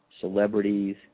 celebrities